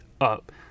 up